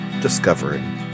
discovering